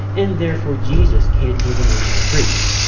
and therefore jesus can't be the new high priest.